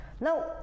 Now